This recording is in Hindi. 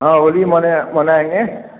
हँ होली माने मनाएँगे